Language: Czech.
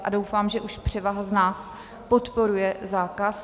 A doufám, že už převaha z nás podporuje zákaz.